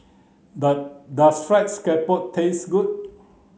does dose fried scallop taste good